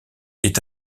est